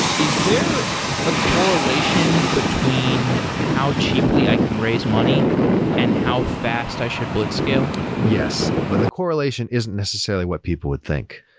is there a correlation between how cheaply i can raise money and how fast i should blitzscale? yes, but the correlation isn't necessarily what people would think.